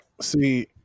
see